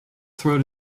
throat